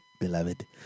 beloved